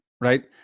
right